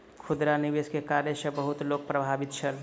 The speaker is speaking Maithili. खुदरा निवेश के कार्य सॅ बहुत लोक प्रभावित छल